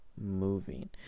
moving